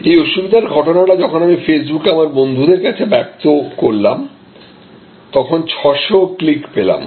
এই অসুবিধার ঘটনাটা যখন আমি ফেসবুকে আমার বন্ধুদের কাছে ব্যক্ত করলাম তখন 600 ক্লিক পেলাম